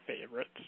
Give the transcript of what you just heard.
favorites